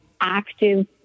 active